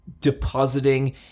depositing